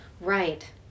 Right